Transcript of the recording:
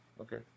okay